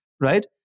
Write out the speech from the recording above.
Right